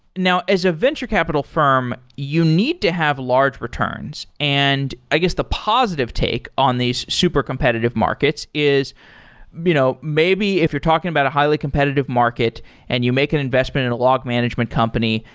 now, as a venture capital firm, you need to have large returns. and i guess the positive take on these super competitive markets is you know maybe if you're talking about a highly competitive market and you make an investment in a log management company,